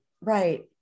right